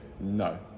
no